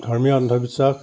ধৰ্মীয় অন্ধবিশ্বাস